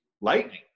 lightning